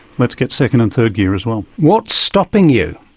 let's get second and third gear as well. what's stopping you?